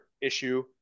issue